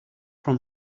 from